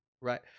right